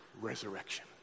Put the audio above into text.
resurrection